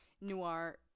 Noir